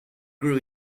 grew